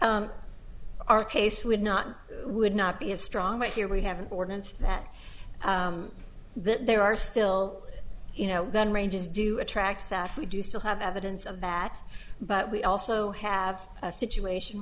store our case would not would not be as strong but here we have an ordinance that there are still you know gun ranges do attract that we do still have evidence of that but we also have a situation